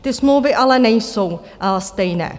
Ty smlouvy ale nejsou stejné.